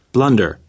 Blunder